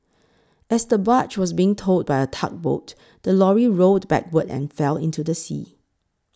as the barge was being towed by a tugboat the lorry rolled backward and fell into the sea